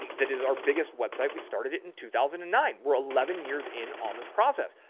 that is our biggest website. we started it in two thousand and nine we're eleven years in on this process.